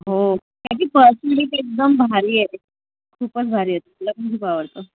हो त्याची पर्सनालिटी एकदम भारी आहे खूपच भारी आहे मला खूप आवडतो